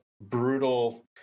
brutal